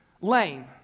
lame